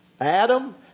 Adam